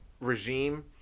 regime